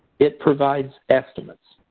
it provides estimates.